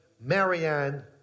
Marianne